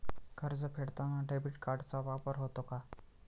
कर्ज फेडताना डेबिट कार्डचा वापर होतो का?